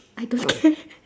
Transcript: I don't care